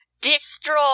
destroy